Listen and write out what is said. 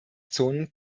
zonen